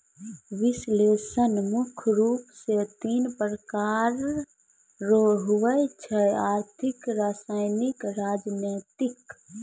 विश्लेषण मुख्य रूप से तीन प्रकार रो हुवै छै आर्थिक रसायनिक राजनीतिक